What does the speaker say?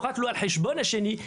אני